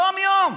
יום-יום.